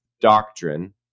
doctrine